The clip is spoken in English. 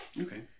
Okay